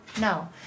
No